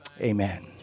amen